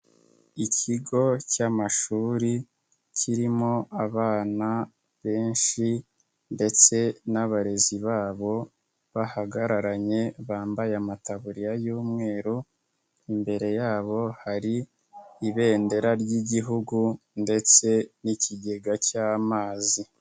Ikigo cy'amashuri kirimo abana benshi ndetse n'abarezi babo bahagararanye bambaye amataburiya y'umweru, imbere yabo hari ibendera ry'Igihugu ndetse n'ikigega cy'amazi.